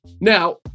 Now